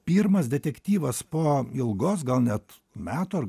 pirmas detektyvas po ilgos gal net metų ar